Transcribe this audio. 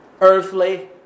earthly